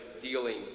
dealing